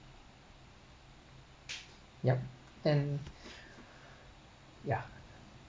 yup then ya